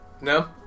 No